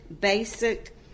basic